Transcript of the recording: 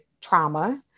trauma